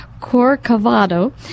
Corcovado